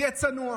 תהיה צנוע.